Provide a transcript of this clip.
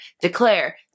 declare